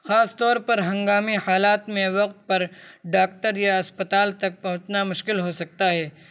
خاص طور پر ہنگامی حالات میں وقت پر ڈاکٹر یا اسپتال تک پہنچنا مشکل ہو سکتا ہے